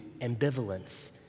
ambivalence